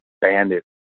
bandit